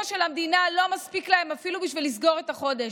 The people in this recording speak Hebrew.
של המדינה לא מספיק להם אפילו בשביל לסגור את החודש,